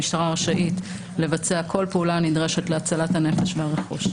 המשטרה רשאית לבצע כל פעולה הנדרשת להצלת הנפש והרכוש.